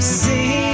see